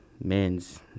men's